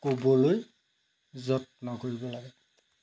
ক'বলৈ যত্ন কৰিব লাগে